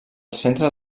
centre